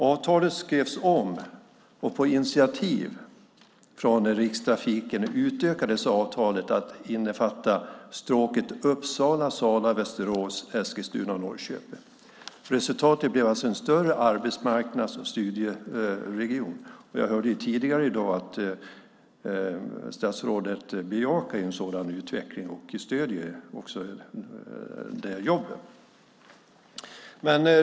Avtalet skrevs om och på initiativ från Rikstrafiken utökades avtalet att innefatta stråket Uppsala, Sala, Västerås, Eskilstuna och Norrköping. Resultatet blev alltså en större arbetsmarknads och studieregion. Jag hörde tidigare i dag att statsrådet bejakar en sådan utveckling och stöder den.